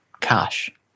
cash